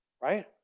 Right